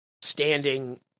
standing